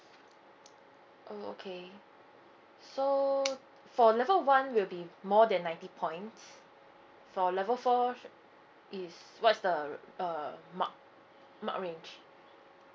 oh okay so for level one will be more than ninety points for level four should is what is the uh mark mark range